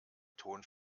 ton